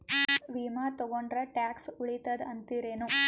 ವಿಮಾ ತೊಗೊಂಡ್ರ ಟ್ಯಾಕ್ಸ ಉಳಿತದ ಅಂತಿರೇನು?